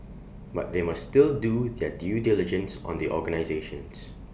but they must still do their due diligence on the organisations